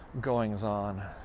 goings-on